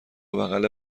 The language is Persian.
بغل